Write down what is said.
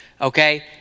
okay